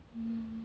mm